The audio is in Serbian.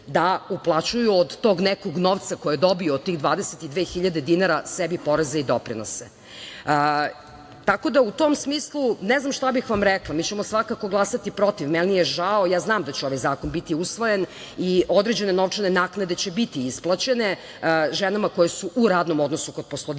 da uplaćuju od tog nekog novca koji dobiju od tih 22.000 dinara sebi poreze i doprinose. Tako da u tom smislu, ne znam šta bih vam rekla, mi ćemo svakako glasati protiv. Meni je žao, znam da će ovaj zakon biti usvojen i određene novčane naknade će biti isplaćene. Ženama koje su u radnom odnosu kod poslodavca,